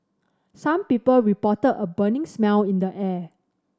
some people reported a burning smell in the air